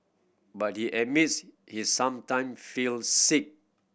but he admits he sometime feels sick